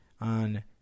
on